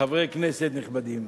חברי כנסת נכבדים,